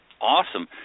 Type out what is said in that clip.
awesome